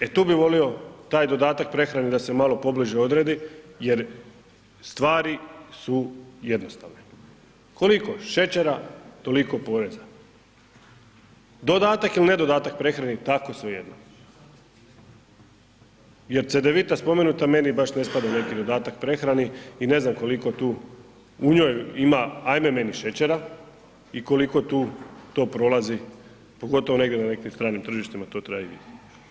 E tu bi volio, taj dodatak prehrani da se malo pobliže odredi jer stvari su jednostavne, koliko šećera, toliko poreza, dodatak ili ne dodatak prehrani tako svejedno jer Cedevita spomenuta meni baš ne spada u neki dodatak prehrani i ne znam koliko tu u njoj ima ajme meni šećera i koliko tu to prolazi, pogotovo negdje na nekim stranim tržištima, to treba i vidit.